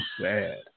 sad